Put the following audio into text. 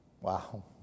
Wow